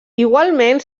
igualment